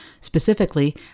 specifically